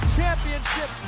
championship